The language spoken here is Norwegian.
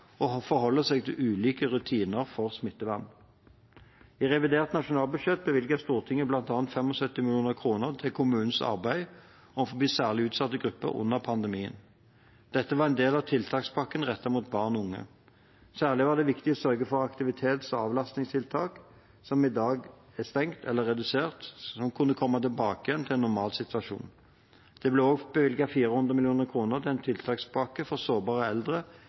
forholde seg til ulike rutiner for smittevern. I revidert nasjonalbudsjett bevilget Stortinget bl.a. 75 mill. kr til kommunenes arbeid overfor særlig utsatte grupper under pandemien. Dette var en del av tiltakspakken rettet mot barn og unge. Særlig er det viktig å sørge for at aktivitets- og avlastningstiltak, som i dag er stengt eller redusert, kan komme tilbake til normalsituasjonen. Det ble også i revidert statsbudsjett i forbindelse med budsjettforliket bevilget 400 mill. kr til en tiltakspakke for sårbare eldre.